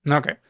and okay.